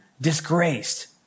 disgraced